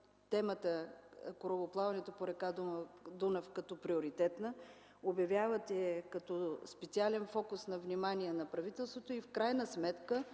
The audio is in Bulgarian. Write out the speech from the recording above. темата за корабоплаването по река Дунав като приоритетна, обявявате я като специален фокус на внимание на правителството и в крайна сметка